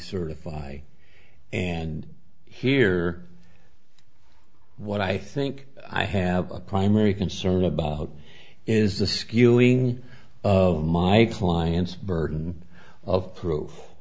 certify and here what i think i have a primary concern about is the skewing of my client's burden of proof